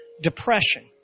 depression